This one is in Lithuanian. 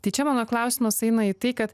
tai čia mano klausimas eina į tai kad